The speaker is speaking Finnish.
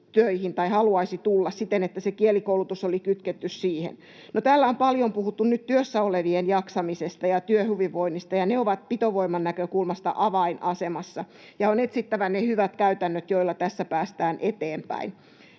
töihin siten, että kielikoulutus olisi kytketty siihen. No täällä on paljon puhuttu nyt työssä olevien jaksamisesta ja työhyvinvoinnista, ja ne ovat pitovoiman näkökulmasta avainasemassa. On etsittävä ne hyvät käytännöt, joilla tässä päästään eteenpäin.